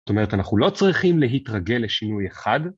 זאת אומרת, אנחנו לא צריכים להתרגל לשינוי אחד.